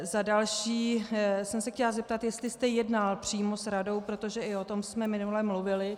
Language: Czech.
Za další jsem se chtěla zeptat, jestli jste jednal přímo s radou, protože i o tom jsme minule mluvili.